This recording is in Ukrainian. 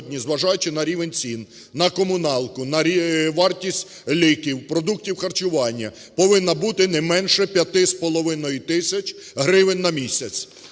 зважаючи на рівень цін на комуналку, на вартість ліків, продуктів харчування повинна бути не менше п'яти з половиною тисяч гривень на місяць.